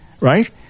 Right